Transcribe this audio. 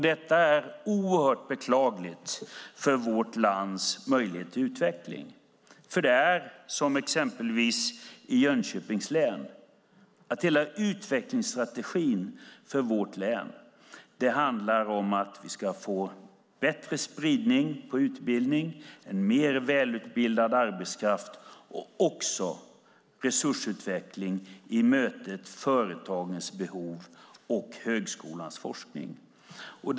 Det är oerhört beklagligt med tanke på vårt lands möjligheter till utveckling. Hela utvecklingsstrategin för exempelvis Jönköpings län handlar om att vi ska få bättre spridning på utbildning, en mer välutbildad arbetskraft och resursutveckling i mötet mellan företagens behov och högskolans forskning.